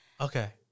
okay